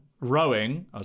rowing